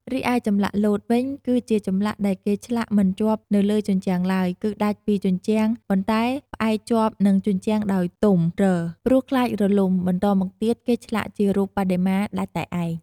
រីឯចម្លាក់លោតវិញគឺជាចម្លាក់ដែលគេឆ្លាក់មិនជាប់នៅលើជញ្ជាំងឡើយ គឺដាច់ពីជញ្ជាំងប៉ុន្តែផ្អែកជាប់និងជញ្ជាំងដោយទំរ ព្រោះខ្លាចរលំបន្តមកទៀតគេឆ្លាក់ជារូបបដិមាដាច់តែឯង។